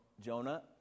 Jonah